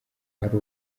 ari